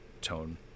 tone